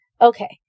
Okay